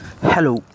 Hello